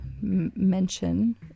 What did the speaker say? mention